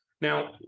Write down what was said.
Now